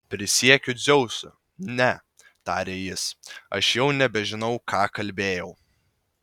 prisiekiu dzeusu ne tarė jis aš jau nebežinau ką kalbėjau